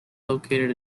located